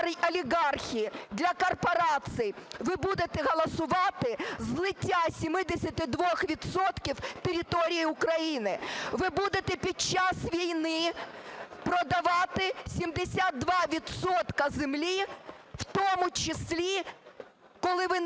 олігархії, для корпорації, ви будете голосувати злиття 72 відсотків території України, ви будете під час війни продавати 72 відсотка землі, в тому числі, коли ви